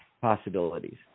possibilities